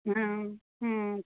हाँ हाँ